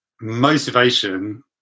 motivation